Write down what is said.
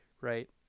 Right